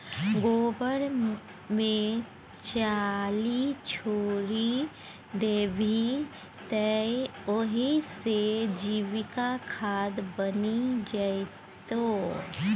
गोबर मे चाली छोरि देबही तए ओहि सँ जैविक खाद बनि जेतौ